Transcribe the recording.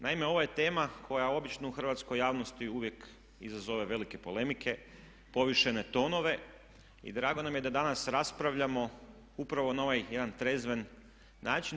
Naime, ovo je tema koja obično u hrvatskoj javnosti uvijek izazove velike polemike, povišene tonove i drago nam je da danas raspravljamo upravo na ovaj jedan trezven način.